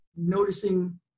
noticing